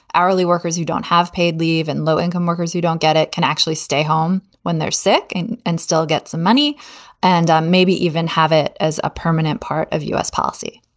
hourly workers who don't have paid leave and low income workers who don't get it can actually stay home when they're sick and and still get some money and um maybe even have it as a permanent part of u s. policy